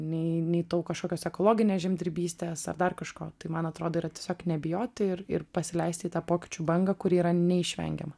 nei nei tau kažkokios ekologinės žemdirbystės ar dar kažko tai man atrodo yra tiesiog nebijoti ir ir pasileisti į tą pokyčių bangą kuri yra neišvengiama